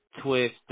Twist